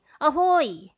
Ahoy